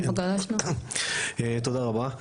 תודה רבה.